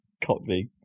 Cockney